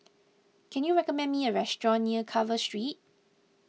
can you recommend me a restaurant near Carver Street